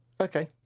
Okay